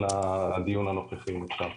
לדיון הנוכחי אם אפשר.